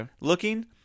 looking